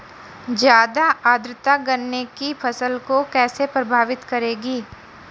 ज़्यादा आर्द्रता गन्ने की फसल को कैसे प्रभावित करेगी?